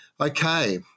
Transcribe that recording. Okay